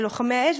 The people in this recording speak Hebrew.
ללוחמי האש,